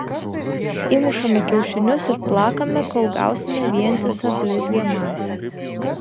įmušame kiaušinius ir plakame kol gausime vientisą blizgią masę